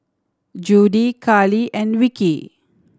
Judie Carli and Vickie